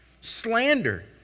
Slander